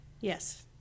yes